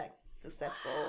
successful